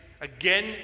again